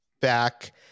back